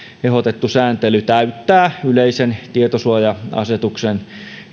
ehdotettu sääntely täyttää yleisen tietosuoja asetuksen